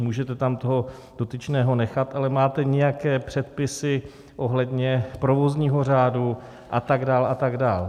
Můžete tam toho dotyčného nechat, ale máte nějaké předpisy ohledně provozního řádu a tak dál a tak dál.